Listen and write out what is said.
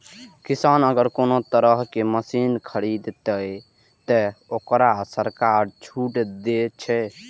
किसान अगर कोनो तरह के मशीन खरीद ते तय वोकरा सरकार छूट दे छे?